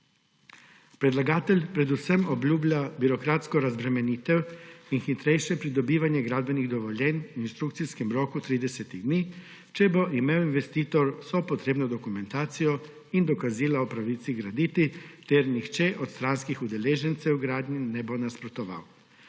Predlagatelj predvsem obljublja birokratsko razbremenitev in hitrejše pridobivanje gradbenih dovoljenj v instrukcijskem roku 30 dni, če bo imel investitor vso potrebno dokumentacijo in dokazila o pravici graditi ter nihče od stranskih udeležencev gradnji ne bo nasprotoval.